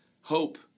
Hope